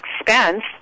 expense